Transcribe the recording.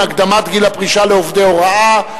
הקדמת גיל הפרישה לעובדי הוראה),